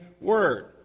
word